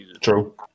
True